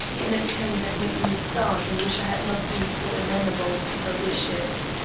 in a tone that made me start and wish i had not been so amenable to her wishes,